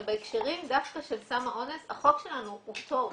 בהקשרים דווקא של סם האונס, החוק שלנו הוא טוב.